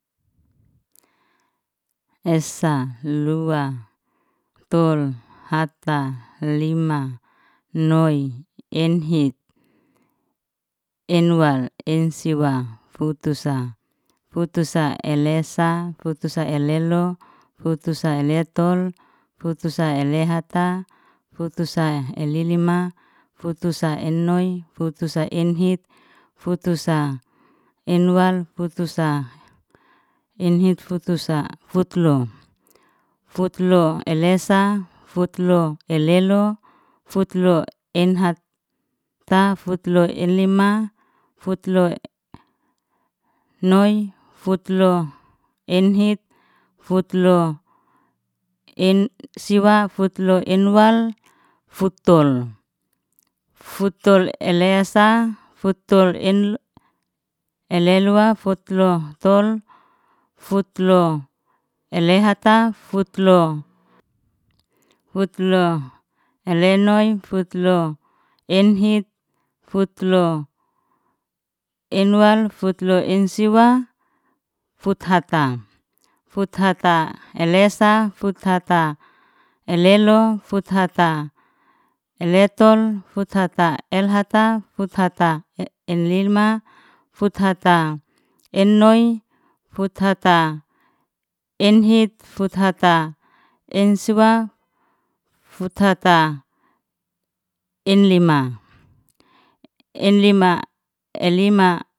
Esa lua tol hata lima noi enhit enwal ensiwa fuutusa futusa elesa futusa elelu futusa eletol futusa elehata futusa elelima futusa ennoi futasa enhit futusa enwal futusa enhit futusa futlo, futlo elesa futlo elelo futlo enhata futlo enlima futlo noi futlo enhit futlo ensiwa futlo enwal futol, futol ele"esa futol en elelua futlo tol futlo elehtaa futlo futlo elenoi futlo enhit futlo enwal futlo ensiwa futhata futhata elesa futhata elelo futhata eletol futhata elhata futhata futhata enlima futhata ennoi futhata enhit futhta ensiwa futhata enlima enlima enlima.